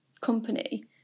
company